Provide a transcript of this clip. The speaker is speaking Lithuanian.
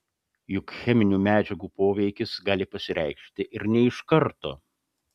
juk cheminių medžiagų poveikis gali pasireikšti ir ne iš karto